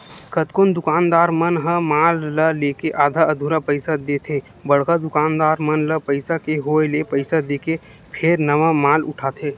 कतकोन दुकानदार मन ह माल ल लेके आधा अधूरा पइसा देथे बड़का दुकानदार मन ल पइसा के होय ले पइसा देके फेर नवा माल उठाथे